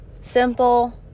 Simple